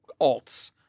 alts